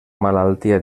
malaltia